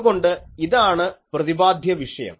അതുകൊണ്ട് ഇതാണ് പ്രതിപാദ്യവിഷയം